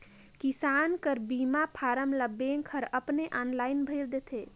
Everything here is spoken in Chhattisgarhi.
किसान कर बीमा फारम ल बेंक हर अपने आनलाईन भइर देथे